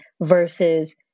versus